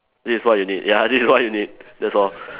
this is what you need ya this is what you need that's all